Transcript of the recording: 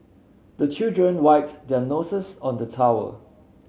the children wiped their noses on the towel